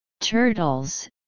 Turtles